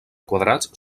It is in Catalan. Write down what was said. quadrats